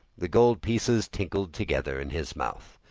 the gold pieces tinkled together in his mouth.